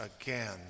again